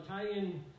Italian